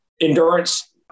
endurance